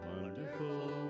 wonderful